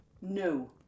No